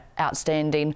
outstanding